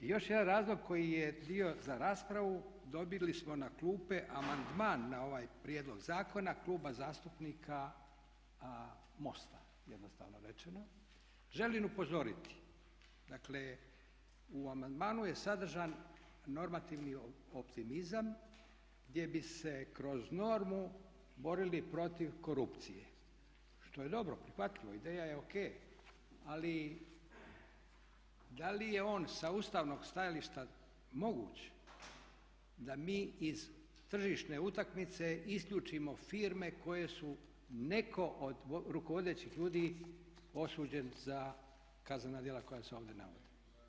I još jedan razlog koji je bio za raspravu, dobili smo na klupe amandman na ovaj prijedlog zakona Kluba zastupnika MOST-a jednostavno rečeno, želim upozoriti, dakle u amandmanu je sadržan normativni optimizam gdje bi se kroz normu borili protiv korupcije što je dobro, prihvatljivo, ideja je o.k. Ali da li je on sa ustavnog stajališta moguć da mi iz tržišne utakmice isključimo firme koje su netko od rukovodećih ljudi osuđen za kaznena djela koja se ovdje navode.